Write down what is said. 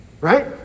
right